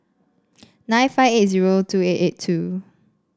six five eight zero two eight eight two